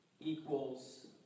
equals